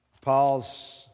Paul's